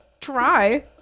try